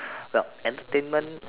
well entertainment